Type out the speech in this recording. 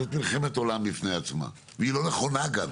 זאת מלחמת עולם בפני עצמה והיא לא נכונה גם,